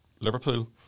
Liverpool